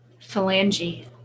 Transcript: Phalange